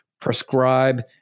prescribe